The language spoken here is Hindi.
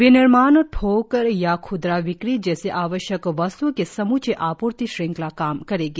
विनिर्माण थोक या ख्दरा बिक्री जैसी आवश्यक वस्त्ओं की समूची आपूर्ति श्रंखला काम करेगी